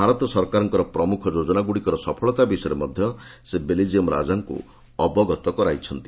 ଭାରତ ସରକାରଙ୍କର ପ୍ରମୁଖ ଯୋଜନାଗୁଡ଼ିକର ସଫଳତା ବିଷୟରେ ମଧ୍ୟ ସେ ବେଲ୍ଜିୟମ୍ ରାଜାଙ୍କୁ ଅବଗତ କରାଇଛନ୍ତି